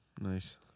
Nice